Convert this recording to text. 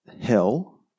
hell